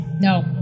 No